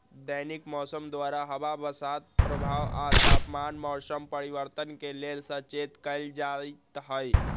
दैनिक मौसम द्वारा हवा बसात प्रवाह आ तापमान मौसम परिवर्तन के लेल सचेत कएल जाइत हइ